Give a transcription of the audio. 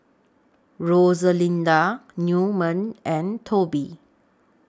Rosalinda Newman and Toby